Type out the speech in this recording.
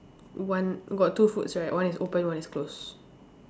one got two fruits right one is open one is close